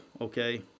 okay